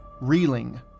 Reeling